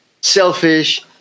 selfish